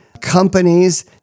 companies